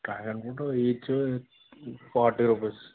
dragon fruit each forty rupees